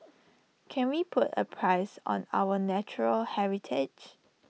can we put A price on our natural heritage